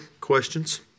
Questions